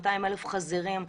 200,000 חזירים.